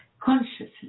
Consciously